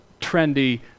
trendy